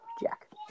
Jack